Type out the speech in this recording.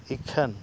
ᱤᱠᱷᱟᱹᱱ